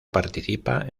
participa